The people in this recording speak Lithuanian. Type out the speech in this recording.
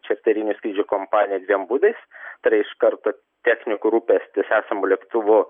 čarterinių skrydžių kompanija dviem būdais tai iš karto technikų rūpestis esamu lėktuvu